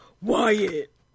Wyatt